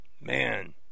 Man